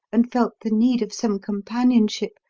and felt the need of some companionship,